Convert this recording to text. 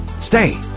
stay